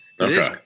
Okay